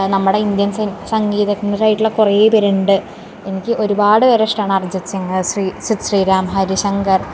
നമ്മുടെ ഇന്ത്യന് സം സംഗീതജ്ഞരായിട്ടുള്ള കുറെ പേരുണ്ട് എനിക്ക് ഒരുപാട് പേരെ ഇഷ്ടമാണ് അര്ജിത് സിങ്ങ് സ്രീ സിദ് സ്രീറാം ഹരിശങ്കര്